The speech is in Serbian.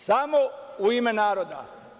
Samo u ime naroda.